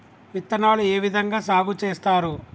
విత్తనాలు ఏ విధంగా సాగు చేస్తారు?